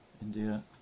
India